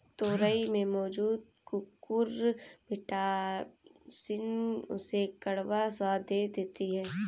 तोरई में मौजूद कुकुरबिटॉसिन उसे कड़वा स्वाद दे देती है